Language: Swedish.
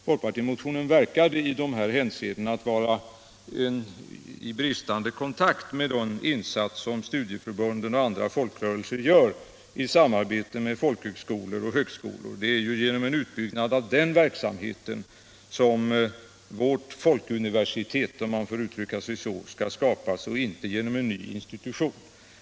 Folkpartimotionen verkade i de här hänseendena vara i bristande kontakt med de insatser som studieförbunden och andra folkrörelser gör i samarbete med folkhögskolor och högskolor. Det är ju genom en utbyggnad av den verksamheten som vårt folkuniversitet, om man får uttrycka sig så, skall skapas och inte genom en ny institution.